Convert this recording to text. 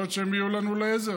יכול להיות שהן יהיו לנו לעזר.